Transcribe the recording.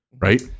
right